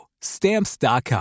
stamps.com